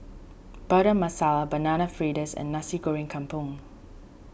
Butter Masala Banana Fritters and Nasi Goreng Kampung